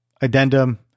Addendum